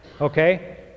Okay